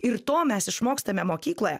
ir to mes išmokstame mokykloje